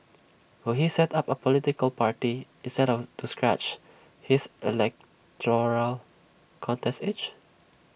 will he set up A political party instead of to scratch his electoral contest itch